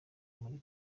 muri